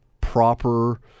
proper